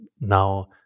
now